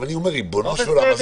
אני אומר, ריבונו של עולם.